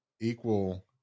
equal